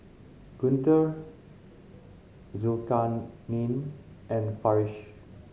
Guntur Zulkarnain and Farish